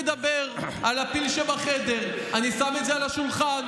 אני מדבר על הפיל שבחדר, אני שם את זה על השולחן.